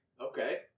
Okay